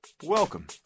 Welcome